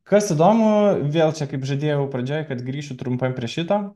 kas įdomu vėl čia kaip žadėjau pradžioj kad grįšiu trumpai prie šito